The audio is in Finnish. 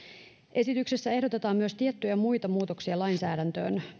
esityksessä ehdotetaan myös tiettyjä muita muutoksia lainsäädäntöön